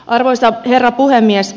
arvoisa herra puhemies